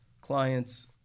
clients